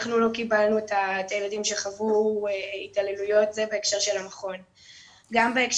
אנחנו לא קיבלנו את הילדים שחוו התעללויות גם בהקשר של המכון והמסגרות.